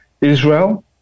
Israel